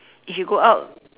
if you go out